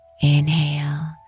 Inhale